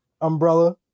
umbrella